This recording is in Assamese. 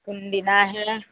কোনদিনা আহে